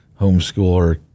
homeschooler